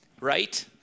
right